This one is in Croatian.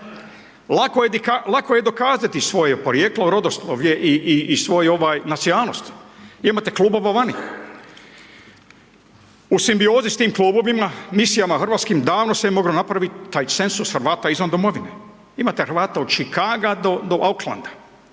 Lako je dokazati svoje porijeklo, rodoslovlje i svoj nacionalnost. Imate klubova vani. U simbiozi s tim klubovima, misijama hrvatskim, davno se je moglo napraviti taj cenzus Hrvata izvan domovine. Imate Hrvata od Čikaga do Oklanda,